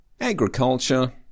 agriculture